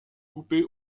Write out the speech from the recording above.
coupée